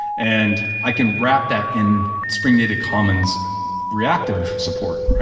and i can wrap that in spring data commons' reactive support,